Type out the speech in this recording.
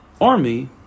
army